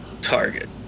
target